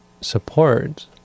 support